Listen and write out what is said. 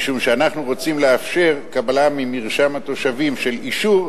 משום שאנחנו רוצים לאפשר לקבל ממרשם התושבים אישור,